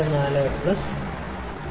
44 plus 6